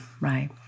right